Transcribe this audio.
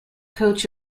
coach